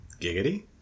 Giggity